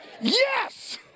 Yes